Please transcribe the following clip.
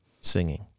Singing